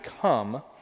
come